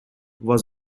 was